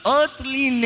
earthly